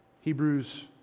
Hebrews